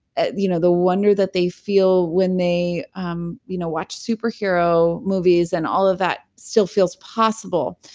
and you know the wonder that they feel when they um you know watch superhero movies, and all of that still feels possible.